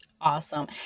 Awesome